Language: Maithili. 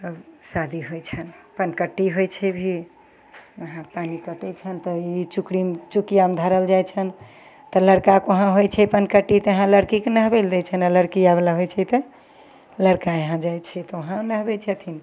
तब शादी होइ छन्हि पानि कट्टी होइ छै तऽ वएह पानि कटय छन्हि तऽ ई चुकरी चुकियामे धड़ल जाइ छन्हि तऽ लड़काके वहाँ होइ छै पानि कट्टी तऽ यहाँ लड़कीके नहबय लए दै छन्हि आओर लड़कीवला यहाँ होइ छै तऽ लड़का यहाँ जाइ छै तऽ वहाँ नहबय छथिन